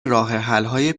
راهحلهای